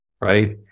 Right